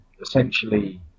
essentially